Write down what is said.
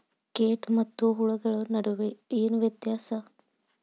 ಕೇಟ ಮತ್ತು ಹುಳುಗಳ ನಡುವೆ ಏನ್ ವ್ಯತ್ಯಾಸ?